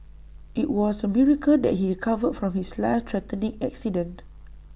IT was A miracle that he recovered from his life threatening accident